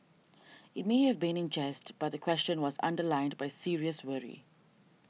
it may have been in jest but the question was underlined by serious worry